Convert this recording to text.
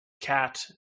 cat